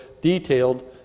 detailed